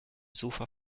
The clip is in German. sofa